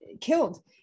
killed